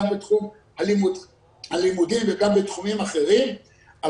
גם בתחום הלימודים וגם בתחומים אחרים,